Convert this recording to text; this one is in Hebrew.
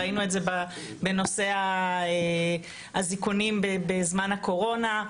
ראינו את זה בנושא האזיקונים בזמן הקורונה,